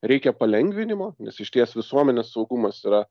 reikia palengvinimo nes išties visuomenės saugumas yra